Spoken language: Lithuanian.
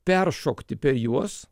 peršokti per juos